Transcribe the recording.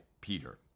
Peter